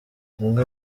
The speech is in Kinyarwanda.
umwe